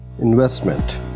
Investment